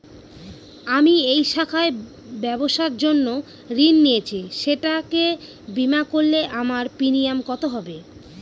আমি এই শাখায় ব্যবসার জন্য ঋণ নিয়েছি সেটাকে বিমা করলে আমার প্রিমিয়াম কত হবে?